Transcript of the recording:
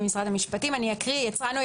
כלומר נגיד מהנדס כימייה, מהנדס ביו